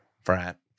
Frat